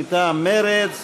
מטעם מרצ.